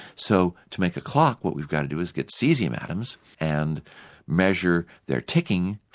so to make a clock what we've got to do is get cesium atoms and measure their ticking,